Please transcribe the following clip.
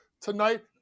tonight